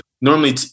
Normally